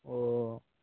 ও